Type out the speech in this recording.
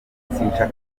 kugaruka